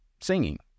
singing